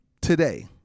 today